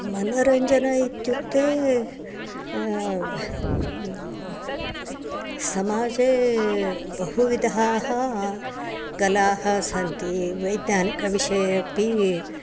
मनोरञ्जनम् इत्युक्ते समाजे बहुविधाः कलाः सन्ति वैज्ञानिकविषये अपि